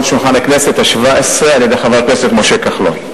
שולחן הכנסת השבע-עשרה על-ידי חבר הכנסת משה כחלון.